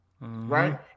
Right